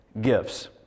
gifts